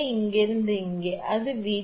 இங்கிருந்து இங்கே அது 𝑉2